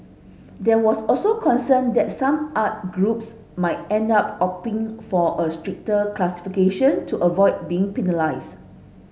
there was also concern that some art groups might end up opting for a stricter classification to avoid being penalised